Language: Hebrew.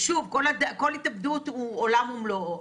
כל התאבדות היא עולם ומלואו,